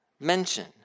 mention